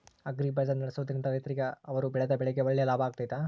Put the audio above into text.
Agri bazaar ನಡೆಸ್ದೊರಿಂದ ರೈತರಿಗೆ ಅವರು ಬೆಳೆದ ಬೆಳೆಗೆ ಒಳ್ಳೆ ಲಾಭ ಆಗ್ತೈತಾ?